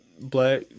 black